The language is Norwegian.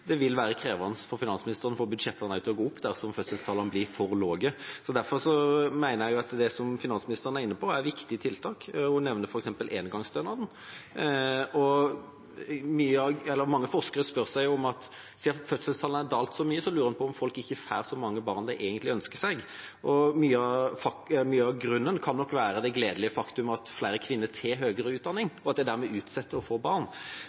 det vil være krevende for finansministeren å få budsjettene til å gå opp dersom fødselstallene blir for lave. Derfor mener jeg at det som finansministeren er inne på, er viktige tiltak. Hun nevner f.eks. engangsstønaden. Siden fødselstallene har dalt så mye, lurer en på – og forskere spør seg – om folk ikke får så mange barn som de egentlig ønsker seg. Mye av grunnen kan nok være det gledelige faktum at flere kvinner tar høyere utdanning, og at de dermed utsetter å få barn.